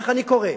כך אני קורא,